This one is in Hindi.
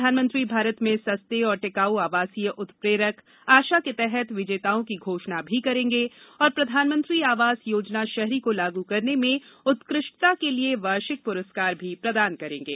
प्रधानमंत्री भारत में सस्ते और टिकाऊ आवासीय उत्प्रेरक आशा के तहत विजेताओं की घोषणा भी करेंगे और प्रधानमंत्री आवास योजना शहरी को लागू करने में उत्कृष्टता के लिए वार्षिक पुरस्कार भी प्रदान करेंगे